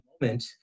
moment